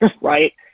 right